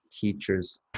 teachers